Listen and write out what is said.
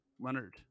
Leonard